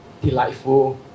delightful